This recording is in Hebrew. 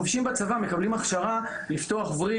חובשים בצבא מקבלים הכשרה לפתוח וריד